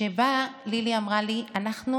שבה לילי אמרה לי: אנחנו